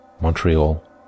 Montreal